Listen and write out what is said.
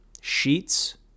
Sheets